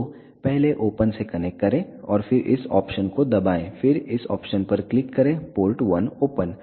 तो पहले ओपन से कनेक्ट करें और फिर इस ऑप्शन को दबाएं फिर इस ऑप्शन पर क्लिक करें पोर्ट 1 ओपन